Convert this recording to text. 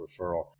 referral